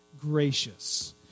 gracious